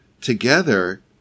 together